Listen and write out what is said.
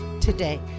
today